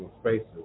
spaces